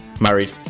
Married